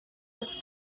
this